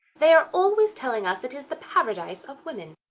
they are always telling us it is the paradise of women.